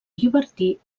llibertí